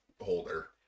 holder